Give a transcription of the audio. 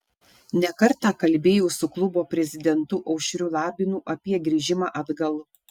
ne kartą kalbėjau su klubo prezidentu aušriu labinu apie grįžimą atgal